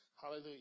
Hallelujah